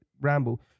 ramble